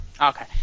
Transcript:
Okay